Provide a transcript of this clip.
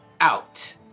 out